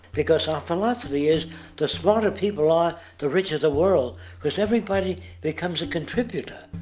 because our philosophy is the smarter people are the richer the world because everybody becomes a contributor.